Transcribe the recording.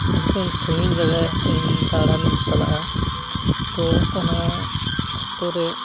ᱡᱚᱠᱷᱚᱱ ᱥᱟᱺᱜᱤᱧ ᱡᱟᱭᱜᱟ ᱤᱧ ᱫᱟᱲᱟᱱᱤᱧ ᱪᱟᱞᱟᱜᱼᱟ ᱛᱚ ᱚᱱᱟ ᱚᱠᱛᱚ ᱨᱮ